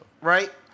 Right